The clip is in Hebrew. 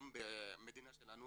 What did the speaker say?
גם במדינה שלנו